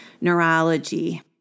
neurology